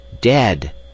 dead